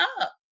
up